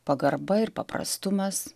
pagarba ir paprastumas